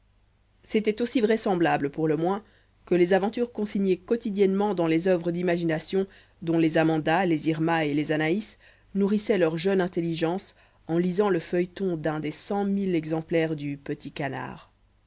c'était aussi vraisemblable pour le moins que les aventures consignées quotidiennement dans les oeuvres d'imagination dont les amanda les irma et les anaïs nourrissaient leur jeune intelligence en lisant le feuilleton d'un des cent mille exemplaires du